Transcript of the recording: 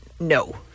No